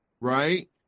right